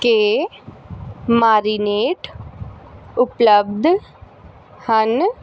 ਕੀ marinade ਉਪਲਬਧ ਹਨ